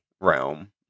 realm